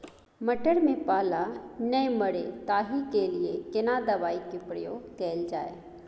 मटर में पाला नैय मरे ताहि के लिए केना दवाई के प्रयोग कैल जाए?